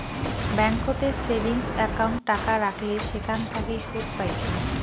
ব্যাংকোতের savings account টাকা রাখলে সেখান থাকি সুদ পাইচুঙ